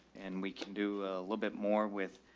and we can do a little bit more with,